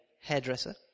hairdresser